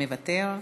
מוותר,